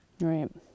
Right